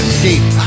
Escape